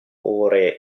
ore